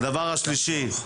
הדבר השלישי,